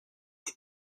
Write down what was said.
des